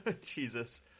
Jesus